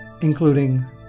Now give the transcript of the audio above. including